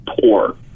poor